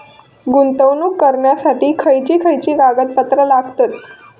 गुंतवणूक करण्यासाठी खयची खयची कागदपत्रा लागतात?